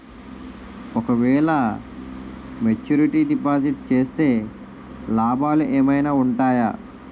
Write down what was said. ఓ క వేల maturity deposit చేస్తే లాభాలు ఏమైనా ఉంటాయా?